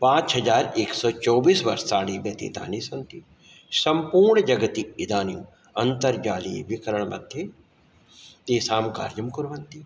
पाञ्चहजार् एक् सौ चौबीस् वर्षाणि बेतितानि सन्ति सम्पूर्ण जगति इदानीम् अन्तर्जाले विकरण् मध्ये तेषां कार्यं कुर्वन्ति